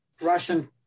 Russian